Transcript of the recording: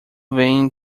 vêem